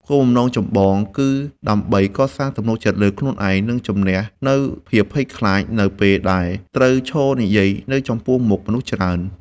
គោលបំណងចម្បងគឺដើម្បីកសាងទំនុកចិត្តលើខ្លួនឯង និងជម្នះនូវភាពភ័យខ្លាចនៅពេលដែលត្រូវឈរនិយាយនៅចំពោះមុខមនុស្សច្រើន។